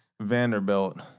Vanderbilt